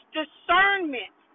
discernment